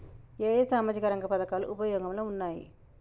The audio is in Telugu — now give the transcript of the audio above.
ఏ ఏ సామాజిక రంగ పథకాలు ఉపయోగంలో ఉన్నాయి?